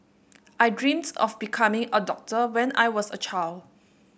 I dreamt of becoming a doctor when I was a child